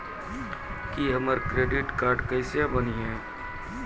की हमर credit card केसे बनिये?